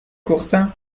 courtin